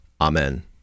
Amen